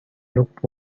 looked